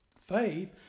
Faith